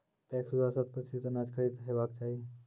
PACS द्वारा शत प्रतिसत अनाज खरीद हेवाक चाही?